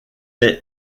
est